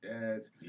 dads